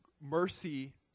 mercy